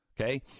Okay